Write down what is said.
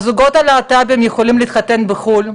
הזוגות הלהט"בים יכולים להתחתן בחו"ל,